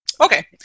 Okay